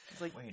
Wait